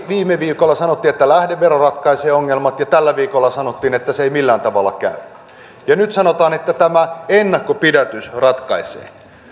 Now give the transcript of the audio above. viime viikolla sanottiin että lähdevero ratkaisee ongelmat ja tällä viikolla sanottiin että se ei millään tavalla käy nyt sanotaan että tämä ennakonpidätys ratkaisee